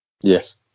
Yes